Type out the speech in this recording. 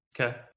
Okay